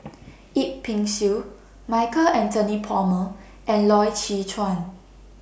Yip Pin Xiu Michael Anthony Palmer and Loy Chye Chuan